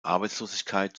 arbeitslosigkeit